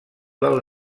del